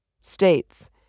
states